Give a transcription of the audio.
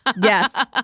Yes